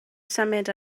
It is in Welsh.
symud